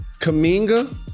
Kaminga